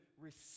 receive